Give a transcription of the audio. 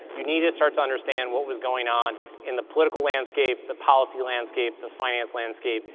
you need to start to understand what was going on in the political landscape, the policy landscape, the finance landscape,